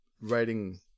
writing